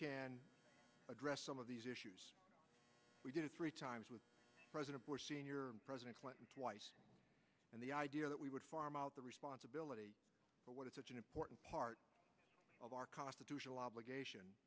to address some of these issues we do three times what president bush sr president clinton twice and the idea that we would farm out the responsibility for what is such an important part of our constitutional obligation